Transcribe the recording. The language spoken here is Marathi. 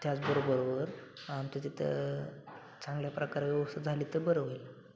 त्याचबरोबर आमच्या तिथं चांगल्या प्रकारे व्यवस्था झाली तर बरं होईल